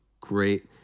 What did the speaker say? great